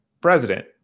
president